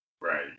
right